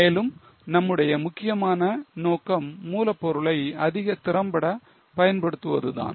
மேலும் நம்முடைய முக்கியமான நோக்கம் மூலப்பொருளை அதிக திறம்பட பயன்படுத்துவதுதான்